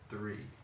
Three